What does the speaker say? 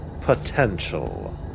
Potential